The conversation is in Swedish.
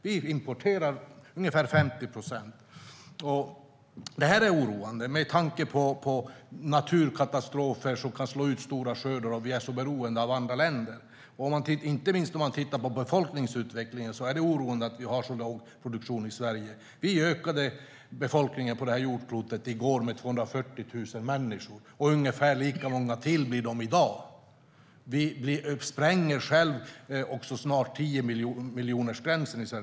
Vi importerar ungefär 50 procent. Det är oroande att vi är så beroende av andra länder med tanke på naturkatastrofer som kan slå ut stora skördar. Inte minst med tanke på befolkningsutvecklingen är det oroande att vi har så låg produktion i Sverige. Befolkningen på jordklotet ökade i går med 240 000 människor. Ungefär lika många till blir vi i dag. I Sverige spränger vi själva snart tiomiljonersgränsen.